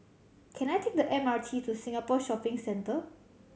can I take the M R T to Singapore Shopping Centre